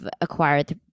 acquired